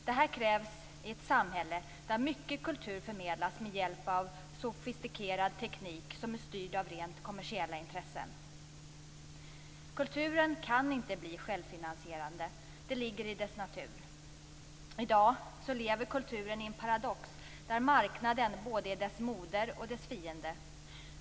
Detta krävs i ett samhälle där mycket kultur förmedlas med hjälp av sofistikerad teknik som är styrd av rent kommersiella intressen. Kulturen kan inte bli självfinansierande. Det ligger i dess natur. I dag lever kulturen i en paradox, där marknaden både är dess moder och dess fiende.